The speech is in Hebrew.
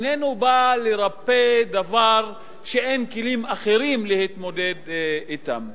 איננו בא לרפא דבר שאין כלים אחרים להתמודד אתם בעניינו.